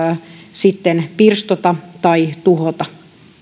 sitten pirstota tai tuhota